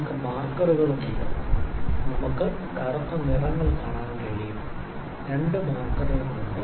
നമ്മൾക്ക് മാർക്കറുകളും ഉണ്ട് നമുക്ക് കറുത്ത നിറങ്ങളിൽ കാണാൻ കഴിയും രണ്ട് മാർക്കറുകളുണ്ട്